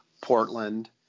Portland